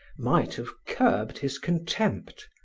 might have curbed his contempt,